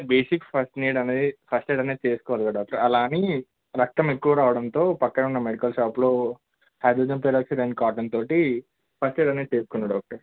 basic first need first aid అనేది చేసుకోవాలి కదా డాక్టర్ అలా అని రక్తం ఎక్కువ రావడంతో పక్కన ఉన్న మెడికల్ షాప్ లో హైడ్రోజన్ పెరాక్సైడ్ అండ్ కాటన్ తో ఫస్ట్ ఎయిడ్ అనేది చేసుకున్న డాక్టర్